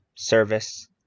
service